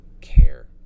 care